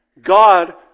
God